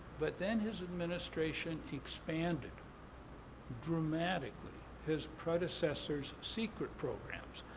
but then his administration expanded dramatically his predecessors' secret programs,